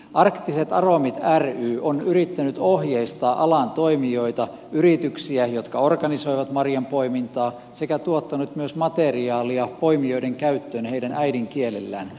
arktiset aromit ry on yrittänyt ohjeistaa alan toimijoita yrityksiä jotka organisoivat marjanpoimintaa sekä tuottanut myös materiaalia poimijoiden käyttöön heidän äidinkielellään